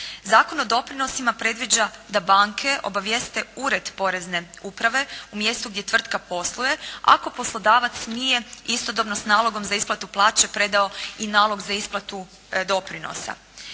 Zakon o doprinosima predviđa da banke obavijeste Ured porezne uprave u mjestu gdje tvrtka posluje, ako poslodavac nije istodobno sa nalogom za isplatu plaće predao i nalog za isplatu doprinosa.